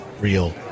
Real